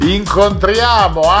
incontriamo